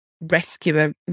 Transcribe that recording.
rescuer